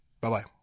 Bye-bye